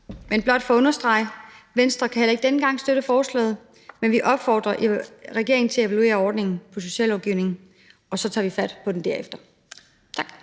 vil blot understrege, at Venstre heller ikke denne gang kan støtte forslaget, men vi opfordrer regeringen til at evaluere ordningen i sociallovgivningen, og så tager vi fat på den derefter. Tak.